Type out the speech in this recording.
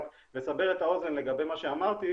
רק לסבר את האוזן לגבי מה שאמרתי,